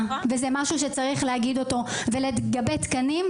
וזה משהו שצריך להגיד אותו ולגבי תקנים,